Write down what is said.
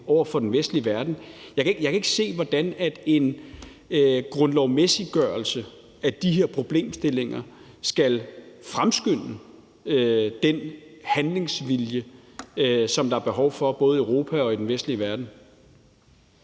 over for den vestlige verden. Jeg kan ikke se, hvordan en grundlovsgørelse af de her problemstillinger skal fremskynde den handlingsvilje, som der er behov for, både i Europa og i den vestlige verden.